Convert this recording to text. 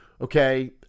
Okay